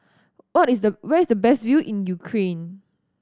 what is the where is the best view in Ukraine